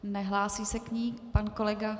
Nehlásí se k ní pan kolega?